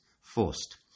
Forced